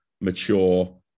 mature